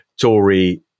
Tory